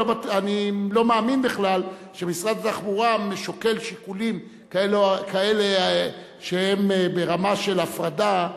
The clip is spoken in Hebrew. אני לא מאמין בכלל שמשרד התחבורה שוקל שיקולים כאלה שהם ברמה של הפרדה.